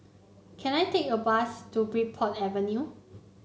can I take a bus to Bridport Avenue